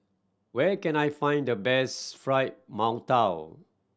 where can I find the best Fried Mantou